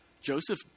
Joseph